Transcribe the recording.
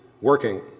working